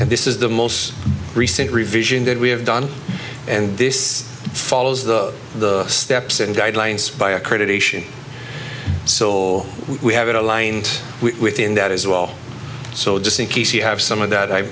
and this is the most recent revision that we have done and this follows the the steps and guidelines by a critic so we have it aligned with in that as well so just in case you have some of that i